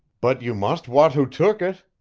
but you must wot who took it.